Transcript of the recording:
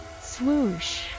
swoosh